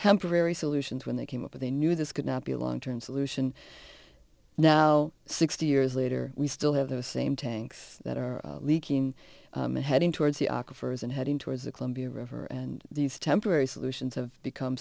temporary solutions when they came up with a new this could not be a long term solution now sixty years later we still have those same tanks that are leaking and heading towards the aqua firs and heading towards the columbia river and these temporary solutions have become